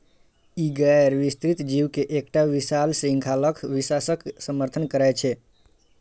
ई गैर विस्तृत जीव के एकटा विशाल शृंखलाक विकासक समर्थन करै छै